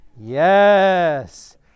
Yes